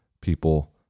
people